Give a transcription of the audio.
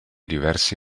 diversi